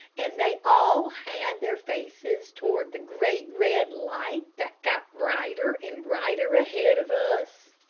and they all had their faces toward the great red light that got brighter and brighter ahead of us.